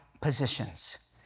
positions